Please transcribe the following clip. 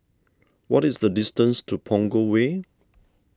what is the distance to Punggol Way